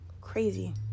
crazy